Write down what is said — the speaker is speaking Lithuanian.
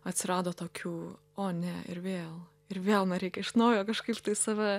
atsirado tokių o ne ir vėl ir vėl na reikia iš naujo kažkaip save